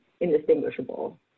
indistinguishable